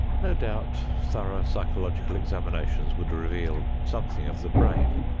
no doubt thorough psychological examinations would reveal something of the brain,